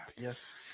Yes